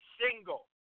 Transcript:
single